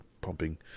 pumping